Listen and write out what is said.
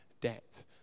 debt